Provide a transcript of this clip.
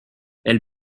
elle